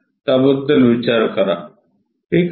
त्याबद्दल विचार करा ठीक आहे